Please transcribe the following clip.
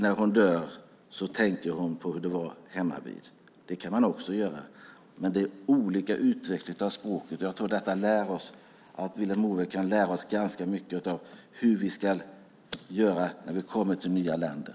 När hon ska dö tänker hon på hur det var hemmavid. Det kan man också göra. Men det här är olika utveckling av språket, och jag tror att Vilhelm Moberg kan lära oss ganska mycket om hur vi ska göra när vi kommer till nya länder.